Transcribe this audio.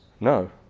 No